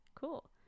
Cool